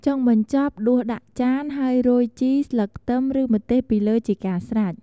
ចុងបញ្ចប់ដួសដាក់ចាន ហើយរោយជីរ ស្លឹកខ្ទឹម ឬម្ទេសពីលើជាការស្រេច។